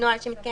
נפרדת